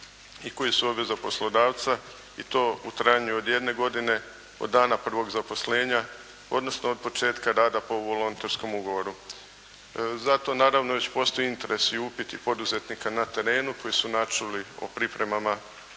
i koji su obveza poslodavca i to u trajanju od jedne godine, od dana prvog zaposlenja, odnosno od početka rada po volonterskom ugovoru. Za to naravno već postoji interes i upiti poduzetnika na terenu koji su načuli o pripremama